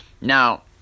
now